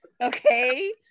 Okay